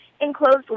enclosed